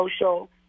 social